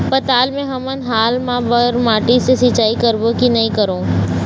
पताल मे हमन हाल मा बर माटी से सिचाई करबो की नई करों?